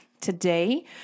today